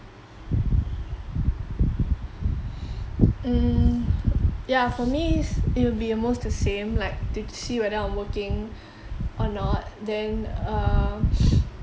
mm yeah for me is it'll be almost the same like to t~ see whether I'm working or not then err